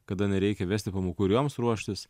kada nereikia vesti pamokų ir joms ruoštis